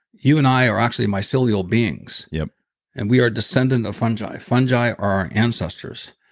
you and i are actually mycelial beings yeah and we are descendant of fungi, fungi are our ancestors.